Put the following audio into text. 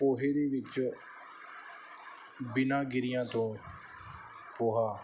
ਪੋਹੇ ਦੇ ਵਿੱਚ ਬਿਨਾਂ ਗਿਰੀਆਂ ਤੋਂ ਪੋਹਾ